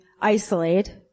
isolate